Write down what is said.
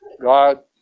God